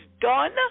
done